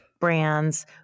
brands